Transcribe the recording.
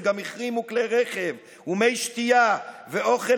הם גם החרימו כלי רכב ומי שתייה ואוכל